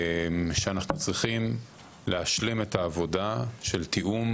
שאנחנו צריכים להשלים את העבודה של תיאום